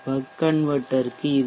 buck கன்வெர்ட்டர்க்கு இது 0